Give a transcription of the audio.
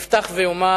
אפתח ואומר